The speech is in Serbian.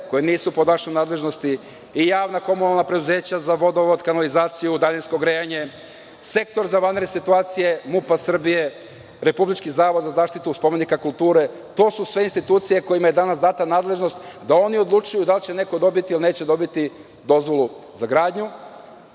koje nisu pod vašom nadležnošću i javna komunalna preduzeća za vodovod, kanalizaciju, daljinsko grejanje, Sektor za vanredne situacije MUP Srbije, Republički zavod za zaštitu spomenika kulture, to su sve institucije kojima je danas data nadležnost da oni odlučuju da li će neko dobiti ili neće dobiti dozvolu za gradnju. Onda